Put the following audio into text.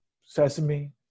Sesame